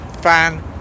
Fan